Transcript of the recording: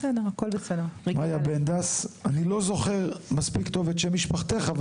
לא זוכר מספיק טוב את שם משפחתך,